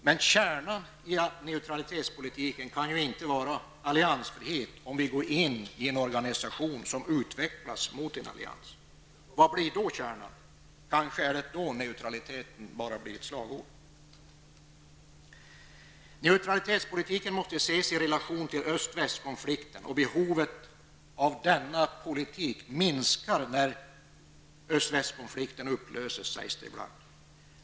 Men kärnan i neutralitetspolitiken kan inte vara alliansfrihet om vi går in i en organisation som utvecklas mot en allians. Vad blir då kärnan? Kanske är det då neutraliteten bara blir ett slagord? Neutralitetspolitiken måste ses i relation till öst-- väst-konflikten, och behovet av denna politik minskar när den konflikten upplöses, sägs det ibland.